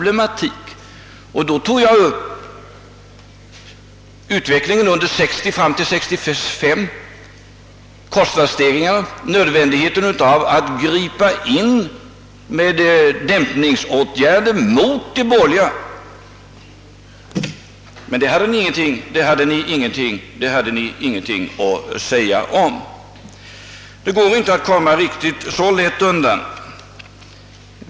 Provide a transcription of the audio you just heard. Jag tog upp utvecklingen under 1960-talet fram till 1965, kostnadsstegringarna, nödvändigheten att gripa in med dämpningsåtgärder mot de borgerliga, men det hade ni ingenting att säga om. Det går inte att komma riktigt så lätt undan.